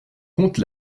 comte